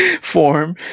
Form